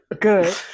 Good